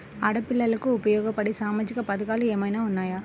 ఆడపిల్లలకు ఉపయోగపడే సామాజిక పథకాలు ఏమైనా ఉన్నాయా?